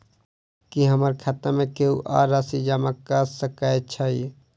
की हमरा खाता मे केहू आ राशि जमा कऽ सकय छई?